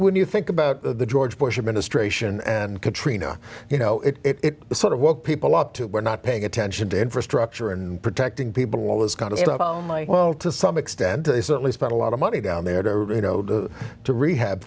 when you think about the george bush administration and katrina you know it it sort of woke people up who were not paying attention to infrastructure and protecting people as kind of well to some extent they certainly spent a lot of money down there to rehab